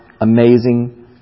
amazing